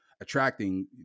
attracting